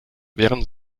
während